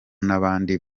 n’abandi